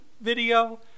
video